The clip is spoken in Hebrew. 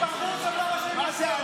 מה זה?